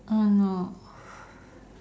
oh no